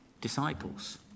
disciples